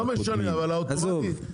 לא משנה, אבל האוטומטי, צריך לבטל את האוטומטי.